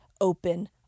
open